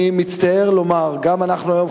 אני מצטער לומר שהיום גם אנחנו,